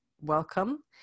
welcome